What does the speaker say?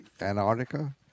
Antarctica